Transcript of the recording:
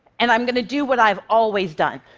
and i'm going to do what i've always done.